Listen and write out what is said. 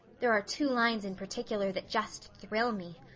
there are two lines in particular that just thrill me.